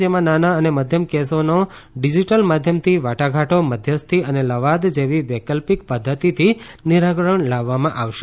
જેમાં નાના અને મધ્યમ કેસોનો ડિજીટલ માધ્યમથી વાટાઘાટો મધ્યસ્થી અને લવાદ જેવી વૈકલ્પિક પધ્ધતિથી નિરાકરણ લાવવામાં આવશે